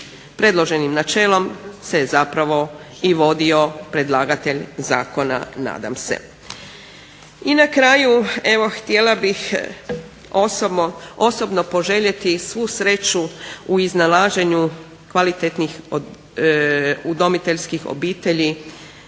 Predloženim načelom se zapravo i vodio predlagatelj zakona, nadam se. I na kraju evo htjela bih osobno poželjeti svu sreću u iznalaženju kvalitetnih udomiteljskih obitelji